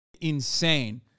insane